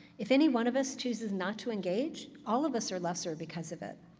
if any one of us chooses not to engage, all of us are lesser because of it.